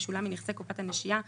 ישולם מנכסי קופת הנשייה לממונה,